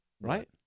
Right